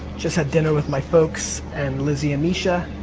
just had dinner with my folks, and lizzie and misha.